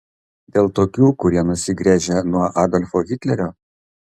dėl tokių kurie nusigręžė nuo adolfo hitlerio